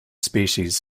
species